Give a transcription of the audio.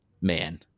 man